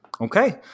Okay